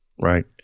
Right